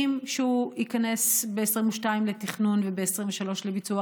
90, שייכנס ב-2022 לתכנון וב-2023 לביצוע,